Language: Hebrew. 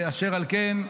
אשר על כן,